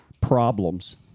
problems